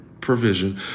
provision